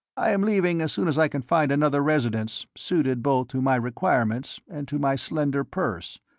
i am leaving as soon as i can find another residence, suited both to my requirements and to my slender purse.